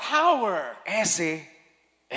power